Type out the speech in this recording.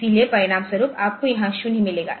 इसलिए परिणामस्वरूप आपको यहां 0 मिलेगा